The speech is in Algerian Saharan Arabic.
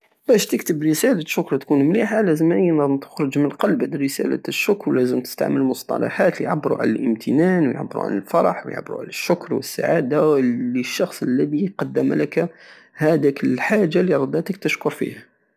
بش تكتب رسالة شكر تكون مليحة لازم بينة تخرج مالقلب رسالة الشكر لازم تستعمل مصطلحات لعبرو عن الامتنان ويعبرو عن الفرح ويعبر عن الشكر والسعادة وال- لشخص الدي قدم لك هداك الحاجة الي رداتك تشكر فيه